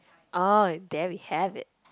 oh there we have it